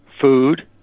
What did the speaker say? food